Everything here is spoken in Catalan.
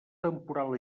temporal